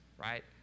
right